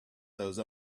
those